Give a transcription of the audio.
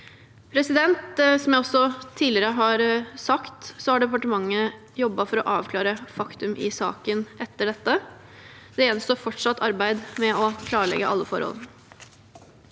2023. Som jeg også tidligere har sagt, har departementet jobbet for å avklare faktum i saken etter dette. Det gjenstår fortsatt arbeid med å klarlegge alle forhold.